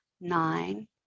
nine